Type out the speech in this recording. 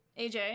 AJ